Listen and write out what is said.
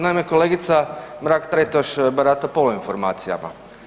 Naime, kolegica Mrak Taritaš barata poluinformacijama.